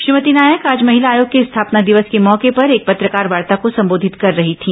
श्रीमती नायक आज महिला आयोग के स्थापना दिवस के मौके पर एक पत्रकारवार्ता को संबोधित कर रही थी